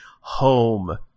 home